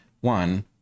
One